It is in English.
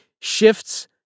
shifts